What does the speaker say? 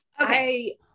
Okay